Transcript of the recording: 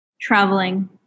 Traveling